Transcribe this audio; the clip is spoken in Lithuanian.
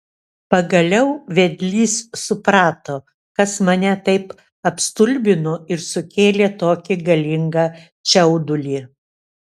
pagaliau vedlys suprato kas mane taip apstulbino ir sukėlė tokį galingą čiaudulį